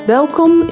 Welkom